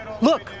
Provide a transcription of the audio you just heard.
look